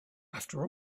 after